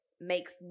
makes